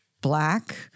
black